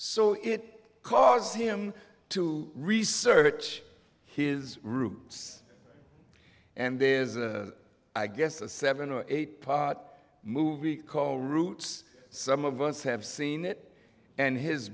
so it caused him to research his roots and there's a i guess a seven or eight pot movie call roots some of us have seen it and his